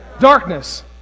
Darkness